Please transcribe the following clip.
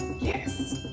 Yes